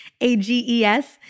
A-G-E-S